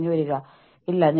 എൻ്റെ അടുത്ത് അതില്ല